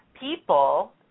people